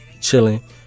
chilling